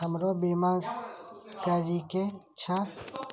हमरो बीमा करीके छः?